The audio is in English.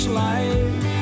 life